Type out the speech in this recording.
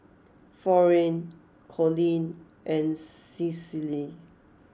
Florene Collie and Cicely